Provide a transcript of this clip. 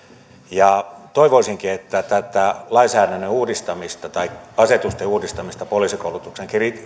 toivoisinkin että tätä lainsäädännön uudistamista tai asetusten uudistamista poliisikoulutuksen